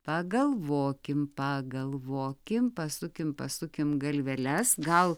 pagalvokim pagalvokim pasukim pasukim galveles gal